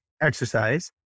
exercise